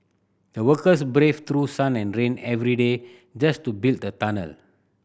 the workers braved through sun and rain every day just to build the tunnel